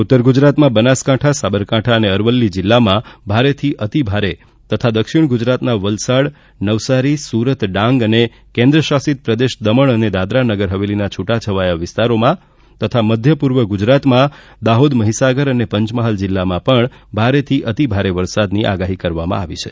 ઉત્તર ગુજરાતમાં બનાસકાંઠા સાબરકાંઠા અને અરવલ્લી જિલ્લામાં ભારેથી અતિભારે તથા દક્ષિણ ગૂજરાતના વલસાડ નવસારી સુરત ડાંગ અને કેન્દ્ર શાસિત પ્રદેશ દમણ અને દાદરા નગર હવેલીના છુટાછવાયા વિસ્તારોમાં તથા મધ્ય પૂર્વ ગુજરાતમાં દાહોદ મહીસાગર અને પંચમહાલ જિલ્લામાં પણ ભારેથી અતિભારે વરસાદની આગાહી કરવામાં આવી છે